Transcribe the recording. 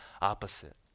opposite